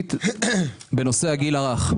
מהותית בנושא הגיל הרך.